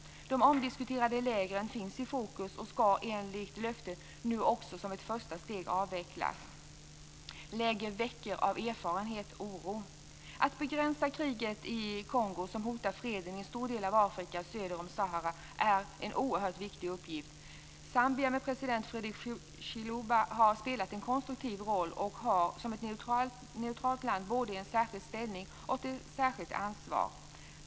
De omdiskuterade lägren finns i fokus och ska enligt löfte nu som ett första steg avvecklas. Av erfarenhet väcker läger oro. Att begränsa det krig i Kongo som hotar freden i en stor del av Afrika söder om Sahara är en oerhört viktig uppgift. Zambia med president Frederick Chiluba har spelat en konstruktiv roll och har som ett neutralt land både en särskild ställning och ett särskilt ansvar.